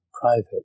private